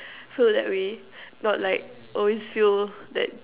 so that we not like always feel that